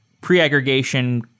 pre-aggregation